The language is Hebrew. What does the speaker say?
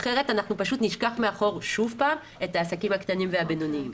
אחרת אנחנו פשוט נשכח מאחור שוב פעם את העסקים הקטנים והבינוניים.